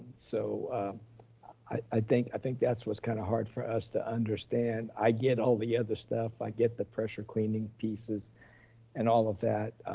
so i think i think that's, what's kind of hard for us to understand. i get all the other stuff. i get the pressure cleaning pieces and all of that.